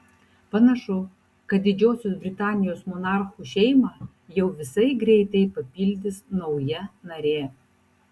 panašu kad didžiosios britanijos monarchų šeimą jau visai greitai papildys nauja narė